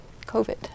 COVID